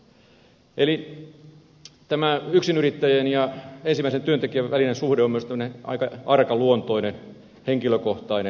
eli tämä yksinyrittäjien ja ensimmäisen työntekijän välinen suhde on myös aika arkaluontoinen henkilökohtainen